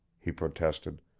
he protested.